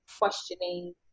questioning